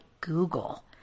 Google